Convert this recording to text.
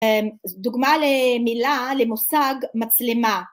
דוגמה למילה, למושג מצלמה.